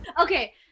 okay